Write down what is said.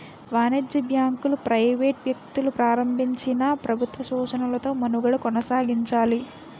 వాణిజ్య బ్యాంకులు ప్రైవేట్ వ్యక్తులు ప్రారంభించినా ప్రభుత్వ సూచనలతో మనుగడ కొనసాగించాలి